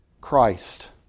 Christ